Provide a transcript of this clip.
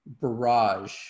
barrage